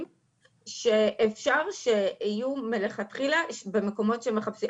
שאפשר שיהיו מלכתחילה במקומות שמחפשים.